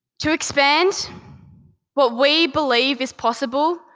to expand what we believe is possible,